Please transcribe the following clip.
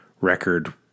record